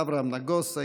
אברהם נגוסה,